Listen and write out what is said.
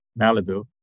Malibu